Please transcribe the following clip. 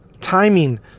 timing